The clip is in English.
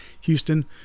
Houston